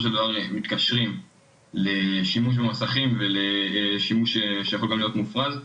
של דבר מתקשרים לשימוש במסכים וגם לשימוש שיכול להיות מופרז.